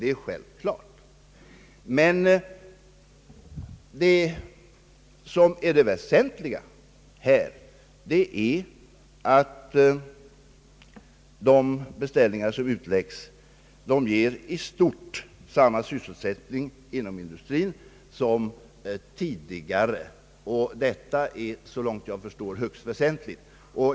Det väsentliga i detta sammanhang är dock att de beställningar som utlägges i stort ger samma sysselsättning inom försvarsindustrin som tidigare. Det är, såvitt jag förstår, högst väsentligt.